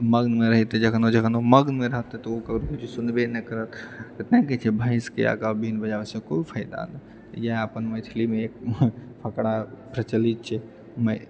तऽ मग्न मऽ रहैए तऽ जखन ओ जखन मग्नमे रहतै तऽ ओ ककरो किछु सुनबे नहि करत तँ कहैत छै भैंसके आगाँ बीन बजाबएसँ कोइ फायदा नहि इएह अपन मैथिलीमे एक फकरा प्रचलित छै मै